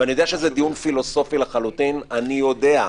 ואני יודע שזה דיון פילוסופי לחלוטין, אני יודע,